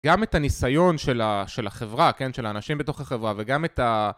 גם את הניסיון של החברה, של האנשים בתוך החברה וגם את ה...